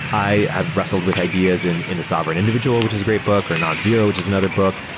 i have wrestled with ideas in in the sovereign individual, which is a great book, or nonzero, which is another book,